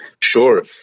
Sure